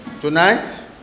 Tonight